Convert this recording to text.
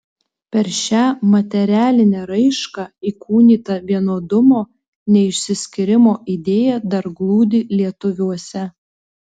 per šią materialinę raišką įkūnyta vienodumo neišsiskyrimo idėja dar glūdi lietuviuose